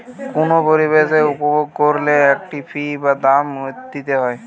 কুনো পরিষেবা উপভোগ কোরলে একটা ফী বা দাম দিতে হই